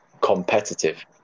competitive